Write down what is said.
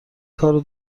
کار